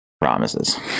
Promises